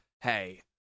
Hey